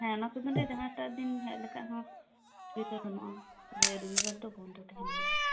ᱦᱮᱸ ᱚᱱᱟᱠᱚ ᱫᱤᱱ ᱨᱮ ᱡᱟᱦᱟᱸᱴᱟᱜ ᱫᱤᱱ ᱦᱮᱡ ᱞᱮ ᱠᱷᱟᱡ ᱦᱚ ᱚᱥᱩᱵᱩᱫᱷᱟ ᱵᱟ ᱱᱩᱜᱼᱟ ᱛᱚᱵᱮ ᱨᱩᱵᱤᱵᱟᱨ ᱫᱚ ᱵᱚᱱᱫᱚ ᱛᱟᱦᱮᱱ ᱜᱮᱭᱟ